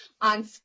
on